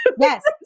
Yes